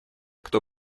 кто